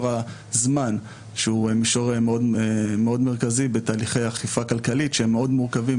הזמן שהוא מישור מאוד מרכזי בתהליכי אכיפה כלכלית שהם מאוד מורכבים,